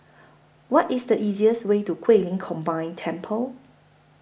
What IS The easiest Way to Guilin Combined Temple